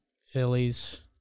Phillies